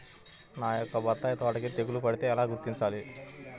నా యొక్క బత్తాయి తోటకి తెగులు పడితే ఎలా గుర్తించాలి?